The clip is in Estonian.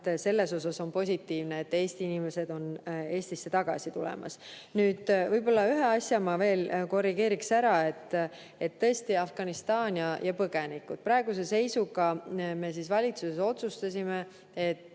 selles osas on [olukord] positiivne, et Eesti inimesed on Eestisse tagasi tulemas. Nüüd, võib-olla ühe asja ma veel korrigeeriks ära. Tõesti, Afganistan ja põgenikud. Praeguse seisuga me valitsuses otsustasime, et